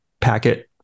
Packet